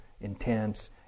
intense